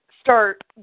start